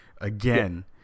again